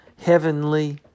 heavenly